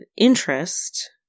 interest